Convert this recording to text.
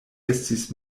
estis